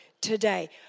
today